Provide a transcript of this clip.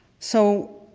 so,